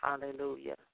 Hallelujah